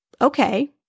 Okay